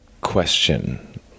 question